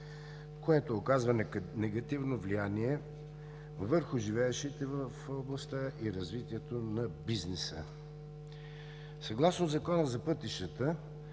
което оказва негативно влияние върху живеещите в областта и развитието на бизнеса. Съгласно Закона за пътищата,